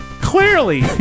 Clearly